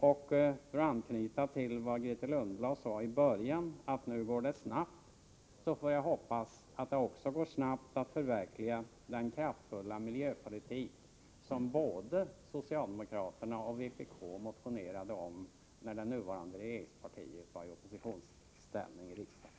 För att anknyta till vad Grethe Lundblad sade i början, att nu går det snabbt, får jag hoppas att det också går snabbt att förverkliga den kraftfulla miljöpolitik som både socialdemokraterna och vpk motionerade om när det nuvarande regeringspartiet var i oppositionsställning i riksdagen.